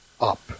up